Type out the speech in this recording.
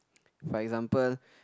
for example